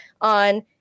on